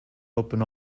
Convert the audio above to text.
open